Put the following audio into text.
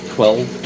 Twelve